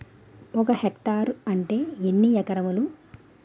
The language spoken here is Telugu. ఒక హెక్టార్ అంటే ఎన్ని ఏకరములు?